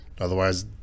Otherwise